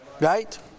Right